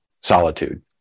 solitude